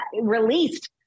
released